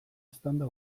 eztanda